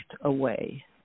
away